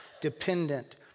dependent